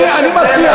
אני מציע,